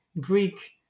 Greek